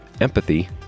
empathy